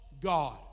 god